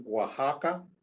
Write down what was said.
Oaxaca